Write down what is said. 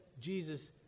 Jesus